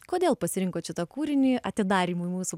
kodėl pasirinkot šitą kūrinį atidarymui mūsų